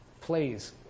please